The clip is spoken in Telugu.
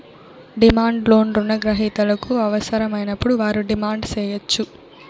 డిమాండ్ లోన్ రుణ గ్రహీతలకు అవసరమైనప్పుడు వారు డిమాండ్ సేయచ్చు